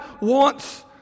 wants